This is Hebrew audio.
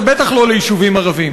ובטח לא ליישובים ערביים.